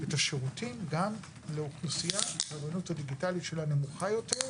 את השירותים גם לאוכלוסייה שהאוריינות הדיגיטלית שלה נמוכה יותר.